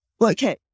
okay